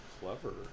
Clever